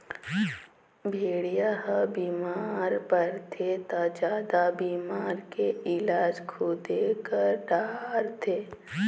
भेड़िया ह बिमार परथे त जादा बिमारी के इलाज खुदे कर डारथे